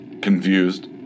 confused